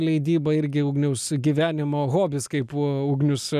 leidybą irgi ugniaus gyvenimo hobis kaip ugnius